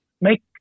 Make